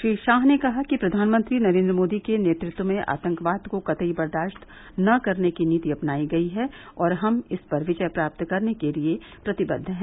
श्री शाह ने कहा कि प्रधानमंत्री नरेन्द्र मोदी के नेतृत्व में आतंकवाद को कतई बर्दाश्त न करने की नीति अपनाई गई है और हम इस पर विजय प्राप्त करने के लिए प्रतिबद्व हैं